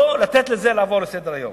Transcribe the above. לא לתת לעבור על זה לסדר-היום.